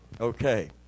Okay